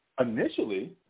initially